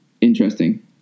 Interesting